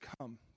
come